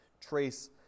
trace